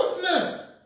goodness